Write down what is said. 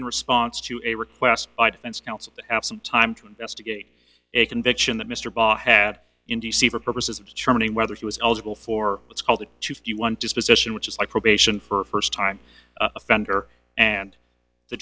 in response to a request by defense counsel to have some time to investigate a conviction that mr barr had in d c for purposes of determining whether he was eligible for what's called to fifty one disposition which is like probation for st time offender and the